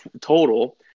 total